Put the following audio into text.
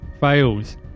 fails